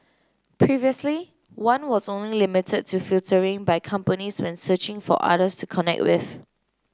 previously one was only limited to filtering by companies when searching for others to connect with